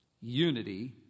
unity